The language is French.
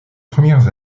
premières